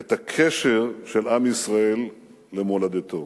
את הקשר של עם ישראל למולדתו.